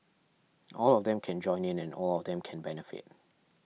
all of them can join in and all of them can benefit